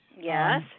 Yes